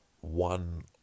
one